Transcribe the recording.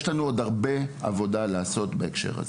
אך יש לנו עוד הרבה עבודה לעשות בעניין הזה.